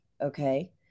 okay